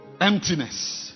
Emptiness